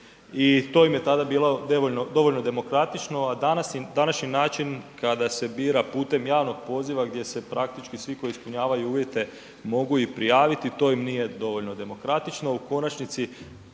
i to im je tada bilo dovoljno demokratično, a današnji način, kada se bira putem javnog poziva, gdje se praktički svi koji ispunjavaju uvjete mogu i prijaviti, to im nije dovoljno demokratično.